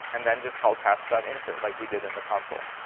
and then just called tasks insert, like we did in the console.